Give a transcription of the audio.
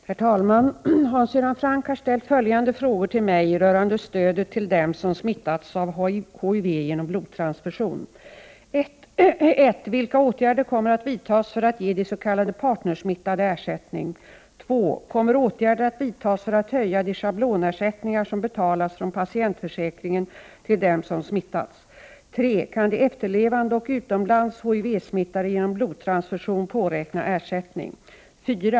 Herr talman! Hans Göran Franck har ställt följande frågor till mig rörande stödet till dem som smittats av HIV genom blodtransfusion. 1. Vilka åtgärder kommer att vidtas för att ge de s.k. partnersmittade ersättning? 2. Kommer åtgärder att vidtas för att höja de schablonersättningar som betalas från patientförsäkringen till dem som smittats? 3. Kan de efterlevande och utomlands HIV-smittade genom blodtransfusion påräkna ersättning? 4.